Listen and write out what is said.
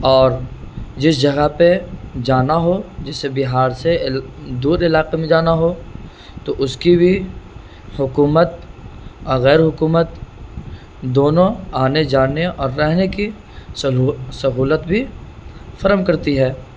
اور جس جگہ پہ جانا ہو جسے بہار سے دور علاقے میں جانا ہو تو اس کی بھی حکومت غیرحکومت دونوں آنے جانے اور رہنے کی سہولت بھی فرم کرتی ہے